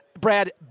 Brad